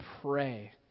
pray